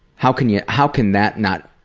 how can yeah how can that not